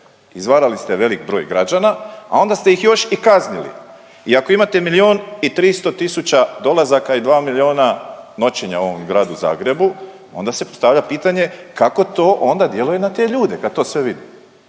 izvarali ste velik broj građana, a onda ste ih još i kaznili i ako imate milijun i 300 tisuća dolazaka i 2 milijuna noćenja u ovom gradu Zagrebu, onda se postavlja pitanje, kako to onda djeluje na te ljude, kad to sve vide.